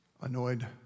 annoyed